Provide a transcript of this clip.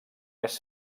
més